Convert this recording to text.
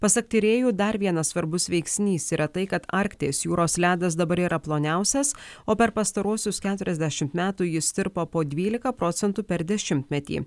pasak tyrėjų dar vienas svarbus veiksnys yra tai kad arkties jūros ledas dabar yra ploniausias o per pastaruosius keturiasdešimt metų jis tirpo po dvylika procentų per dešimtmetį